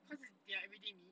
cause it's their everyday meat